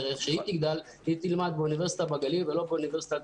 כשתגדל תלמד באוניברסיטה בגליל ולא באוניברסיטת